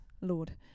Lord